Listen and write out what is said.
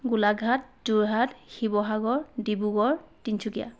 Golaghat Jorhat Sivasagar Dibrugarh Tinsukia